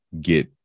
get